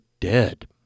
dead